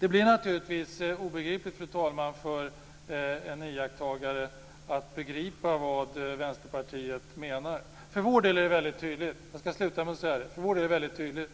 Det blir omöjligt för en iakttagare att begripa vad Vänsterpartiet menar. Vad vi menar är dock tydligt.